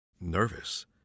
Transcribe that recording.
nervous